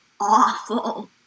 awful